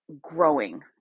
growing